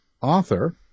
author